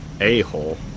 a-hole